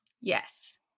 Yes